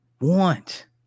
want